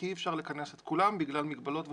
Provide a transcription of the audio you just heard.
כי אי אפשר לכנס את כולם בגלל מגבלות וכו',